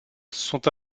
sont